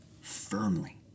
firmly